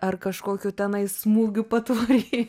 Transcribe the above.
ar kažkokių tenai smūgių patvory